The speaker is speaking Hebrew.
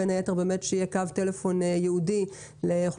בין היתר באמת שיהיה קו טלפון ייעודי לאוכלוסיה